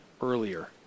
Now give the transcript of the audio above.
earlier